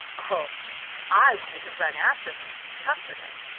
oh i wanted to run after her and comfort her,